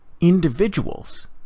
individuals